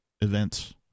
events